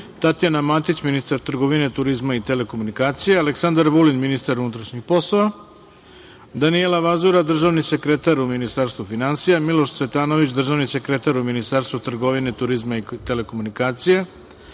Tatjana Matić, ministar trgovine, turizma i telekomunikacija, Aleksandar Vulin, ministar unutrašnjih poslova, Danijela Vazura, državni sekretar u Ministarstvu finansija, Miloš Cvetanović, državni sekretar u Ministarstvu trgovine, turizma i telekomunikacija,